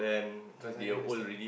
no lah I understand